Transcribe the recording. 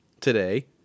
today